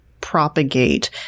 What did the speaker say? propagate